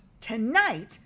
Tonight